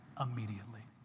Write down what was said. immediately